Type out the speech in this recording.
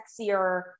sexier